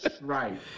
Right